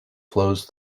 flows